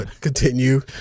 Continue